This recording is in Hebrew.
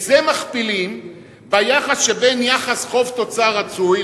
את זה מכפילים ביחס שבין יחס חוב תוצר רצוי,